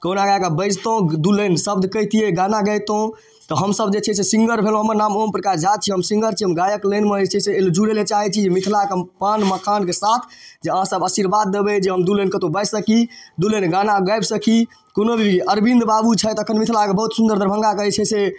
कोना लागिकऽ बैसितहुँ दुइ लाइन शब्द कहितिए गाना गबितहुँ तऽ हमसब जे छै से सिङ्गर भेलहुँ हमर नाम ओम प्रकाश झा छी हम सिङ्गर छी हम गायक लाइनमे जे छै से जुड़ैलए चाहै छी जुड़ैलए चाहै छी मिथिलाके पान मखानके साथ जे अहाँसब आशीर्वाद देबै जे हम दुइ लाइन कतहु बाजि सकी दुइ लाइन गाना गाबि सकी कोनो भी अरविन्द बाबू छथि एखन मिथिलाके बहुत सुन्दर दरभङ्गाके जे छै से